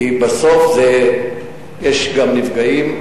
כי בסוף יש גם נפגעים,